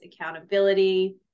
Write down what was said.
accountability